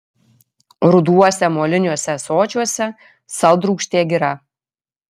ruduose moliniuose ąsočiuose saldrūgštė gira